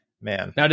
man